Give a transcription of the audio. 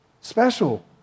special